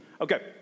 Okay